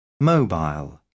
Mobile